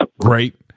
great